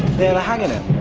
they're hanging him.